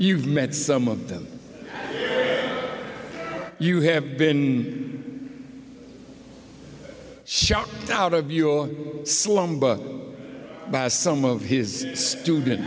you've met some of them you have been shot out of your slum but some of his students